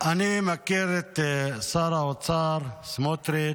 אני מכיר את שר האוצר סמוטריץ'